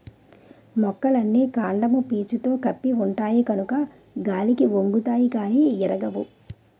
మొక్కలన్నీ కాండము పీసుతో కప్పి ఉంటాయి కనుక గాలికి ఒంగుతాయి గానీ ఇరగవు